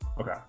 Okay